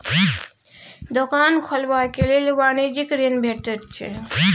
दोकान खोलबाक लेल वाणिज्यिक ऋण भेटैत छै